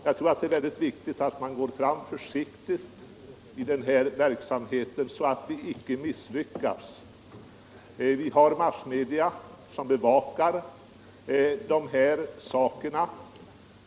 Jag tror att det är viktigt att man går försiktigt fram med denna verksamhet, så att vi icke misslyckas. Massmedia bevakar dessa saker.